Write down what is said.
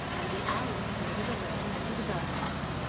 and the owl flitted away into the darkness,